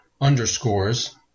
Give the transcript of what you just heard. underscores